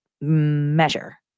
measure